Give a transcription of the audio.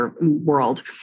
world